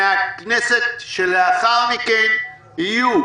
מהכנסת שלאחר מכן יהיו